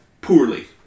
Poorly